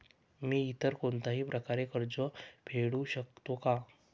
मी इतर कोणत्याही प्रकारे कर्ज फेडू शकते का?